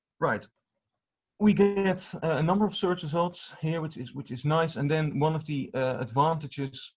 right we get a number of search results here which is which is nice and then one of the advantages